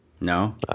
No